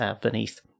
beneath